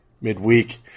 midweek